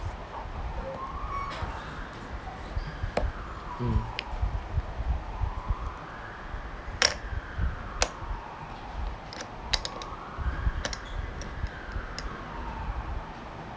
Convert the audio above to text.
mm